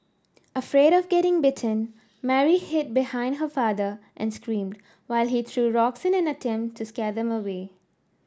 afraid of getting bitten Mary hid behind her father and screamed while he threw rocks in an attempt to scare them away